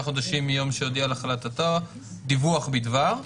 חודשים מיום שהודיע על החלטתו דיווח בדבר,